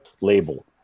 label